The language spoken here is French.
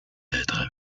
lettres